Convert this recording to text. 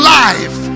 life